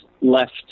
left